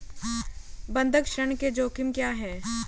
बंधक ऋण के जोखिम क्या हैं?